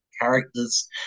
characters